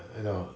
you know